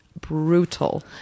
brutal